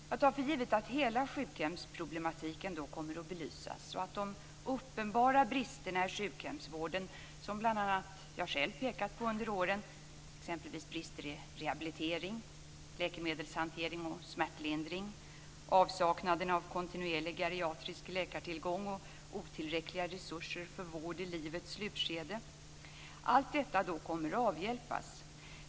Jag tar för givet att hela sjukhemsproblematiken då kommer att belysas och att de uppenbara bristerna i sjukhemsvården som bl.a. jag själv pekat på under åren, t.ex. brister i rehabilitering, läkemedelshantering, smärtlindring, avsaknaden av kontinuerlig geriatrisk läkartillgång och otillräckliga resurser för vård i livets slutskede, då kommer att avhjälpas.